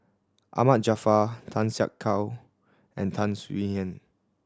Ahmad Jaafar Tan Siak Kew and Tan Swie Hian